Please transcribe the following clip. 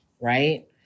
right